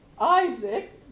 Isaac